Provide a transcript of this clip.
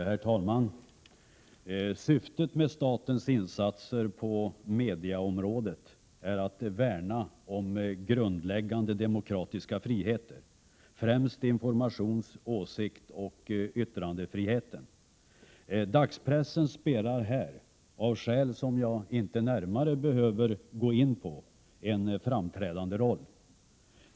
Herr talman! Syftet med statens insatser på mediaområdet är att värna om grundläggande demokratiska friheter, främst informations-, åsiktsoch yttrandefriheten. Dagspressen spelar här, av skäl som jag inte närmare behöver gå in på, en framträdande roll.